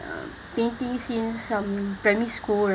um painting since primary school